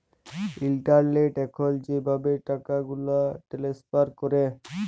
ইলটারলেটে এখল যেভাবে টাকাগুলা টেলেস্ফার ক্যরে